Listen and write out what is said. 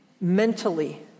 mentally